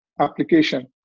application